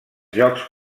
jocs